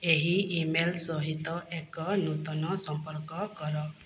ଏହି ଇମେଲ ସହିତ ଏକ ନୂତନ ସମ୍ପର୍କ କର